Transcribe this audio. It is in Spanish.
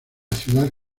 ciudad